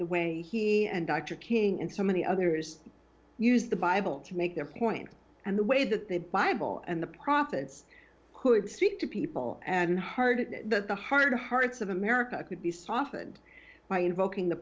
the way he and dr king and so many others use the bible to make their point and the way that the bible and the prophets could speak to people and hard at the heart of hearts of america could be softened by invoking the